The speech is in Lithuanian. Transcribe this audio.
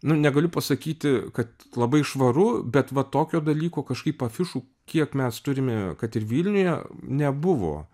nu negaliu pasakyti kad labai švaru bet va tokio dalyko kažkaip afišų kiek mes turime kad ir vilniuje nebuvo